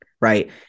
right